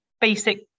basic